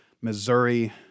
Missouri